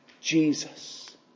Jesus